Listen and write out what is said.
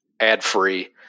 ad-free